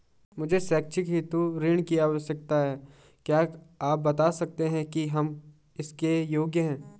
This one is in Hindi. मुझे शैक्षिक हेतु ऋण की आवश्यकता है क्या आप बताना सकते हैं कि हम इसके योग्य हैं?